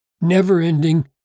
never-ending